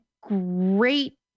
great